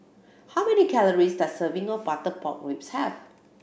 how many calories does serving of butter pork ribs have